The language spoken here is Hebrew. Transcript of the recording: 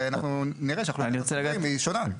ואנחנו נראה --- היא שונה.